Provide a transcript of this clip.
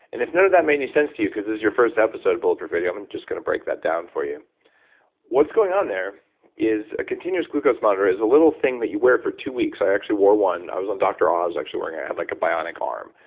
and if none of that made any sense to you because this is your first episode of bulletproof radio, i'm and just going to break that down for you what's going on there is a continuous glucose monitor is a little thing that you wear for two weeks. i actually wore one. i was on dr. oz, actually, wearing it. i had like a bionic arm.